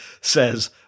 says